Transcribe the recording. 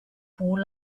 pull